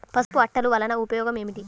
పసుపు అట్టలు వలన ఉపయోగం ఏమిటి?